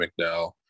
McDowell